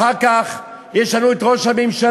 אחר כך יש לנו את ראש הממשלה,